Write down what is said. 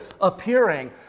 appearing